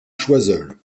choiseul